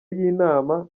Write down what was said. y’inama